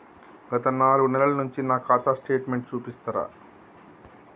గత నాలుగు నెలల నుంచి నా ఖాతా స్టేట్మెంట్ చూపిస్తరా?